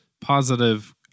Positive